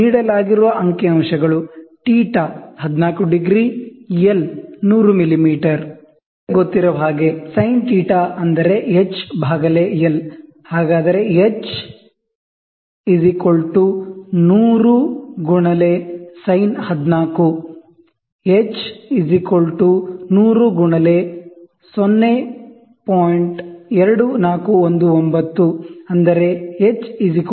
ನೀಡಲಾಗಿರುವ ಅಂಕಿ ಸಂಖ್ಯೆಗಳು θ14 ° L100mm ನಮಗೆ ಗೊತ್ತಿರುವ ಹಾಗೆ sinθhL h L × sinθ h 100 × sin14 h 100 × 0